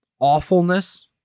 awfulness